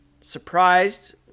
surprised